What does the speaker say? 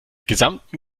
gesamten